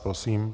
Prosím.